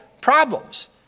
problems